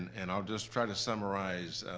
and i'll just try to summarize.